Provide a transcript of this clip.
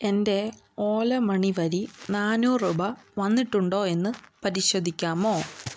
എൻ്റെ Ola Money വഴി നാനൂറ് രൂപ വന്നിട്ടുണ്ടോ എന്ന് പരിശോധിക്കാമോ